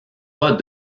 pas